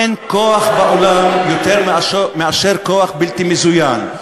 אין בעולם יותר כוח מאשר בכוח בלתי מזוין,